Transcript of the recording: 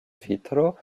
vitro